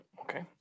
Okay